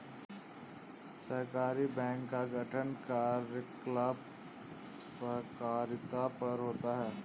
सहकारी बैंक का गठन कार्यकलाप सहकारिता पर होता है